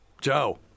joe